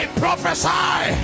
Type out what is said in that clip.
prophesy